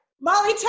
Molly